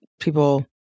people